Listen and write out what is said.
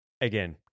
again